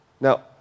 Now